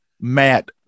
matt